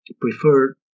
prefer